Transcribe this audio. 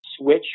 switch